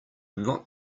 not